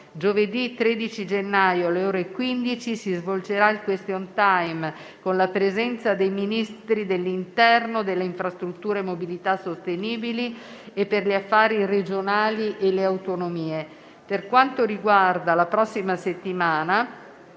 Giovedì 13 gennaio, alle ore 15, si svolgerà il *question time* con la presenza dei Ministri dell'interno, delle infrastrutture e della mobilità sostenibili e per gli affari regionali e le autonomie. Per quanto riguarda la prossima settimana,